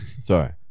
sorry